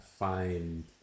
find